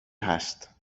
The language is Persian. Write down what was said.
هست